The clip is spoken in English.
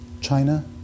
China